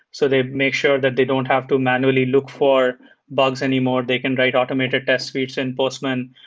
so they make sure that they don't have to manually look for bugs anymore. they can write automated test suites in postman.